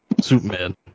Superman